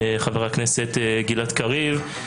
חבר הכנסת גלעד קריב.